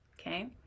Okay